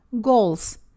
goals